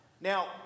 Now